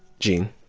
gene.